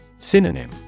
Synonym